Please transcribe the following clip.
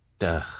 Duh